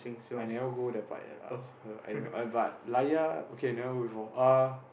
I never go that part yet lah so I don't know uh but Layar okay I never go before uh